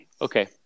Okay